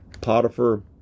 Potiphar